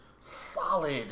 solid